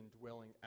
dwelling